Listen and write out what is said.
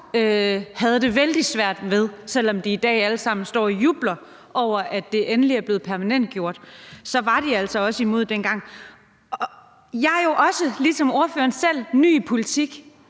havde det vældig svært ved. Selv om de i dag alle sammen står og jubler over, at det endelig er blevet permanentgjort, så var de altså imod det dengang. Jeg er jo ligesom ordføreren selv ny i politik,